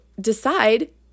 decide